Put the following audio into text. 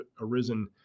arisen